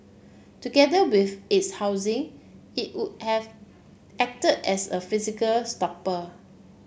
together with its housing it would have acted as a physical stopper